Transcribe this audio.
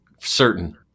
certain